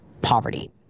poverty